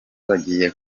bagiye